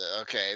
Okay